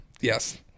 Yes